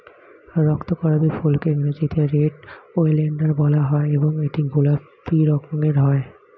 রক্তকরবী ফুলকে ইংরেজিতে red oleander বলা হয় এবং এটি গোলাপি রঙের হয়